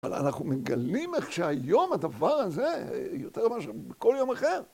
אבל אנחנו מגלים איך שהיום הדבר הזה, יותר ממה ש... מכל יום אחר.